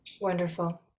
wonderful